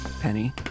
Penny